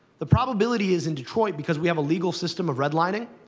the probability is, in detroit, because we have a legal system of redlining,